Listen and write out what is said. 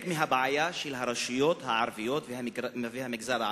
מהבעיה של הרשויות הערביות והמגזר הערבי,